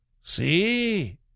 See